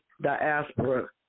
diaspora